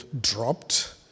dropped